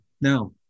Now